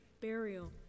burial